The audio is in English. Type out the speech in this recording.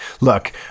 Look